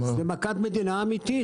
זו מכת מדינה אמיתית,